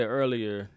earlier